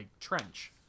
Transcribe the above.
trench